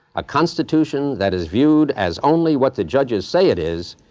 a constitution that is viewed as only what the judges say it is,